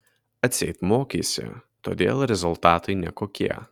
atseit mokeisi todėl rezultatai nekokie